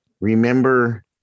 remember